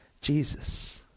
Jesus